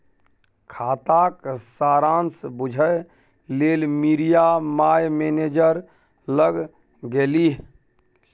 खाताक सारांश बुझय लेल मिरिया माय मैनेजर लग गेलीह